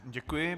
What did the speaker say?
Děkuji.